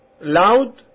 loud